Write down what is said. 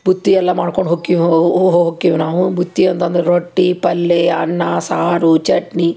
ಬುತ್ತಿಯೆಲ್ಲ ಮಾಡ್ಕೊಂಡು ಹೊಕ್ಕಿವಿ ಹೊಕ್ಕಿವಿ ನಾವು ಬುತ್ತಿ ಅಂತಂದ್ರೆ ರೊಟ್ಟಿ ಪಲ್ಲೆ ಅನ್ನ ಸಾರು ಚಟ್ನಿ